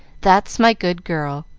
that's my good girl!